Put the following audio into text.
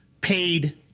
paid